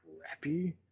crappy